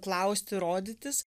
klausti rodytis